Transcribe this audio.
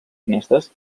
finestres